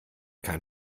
kein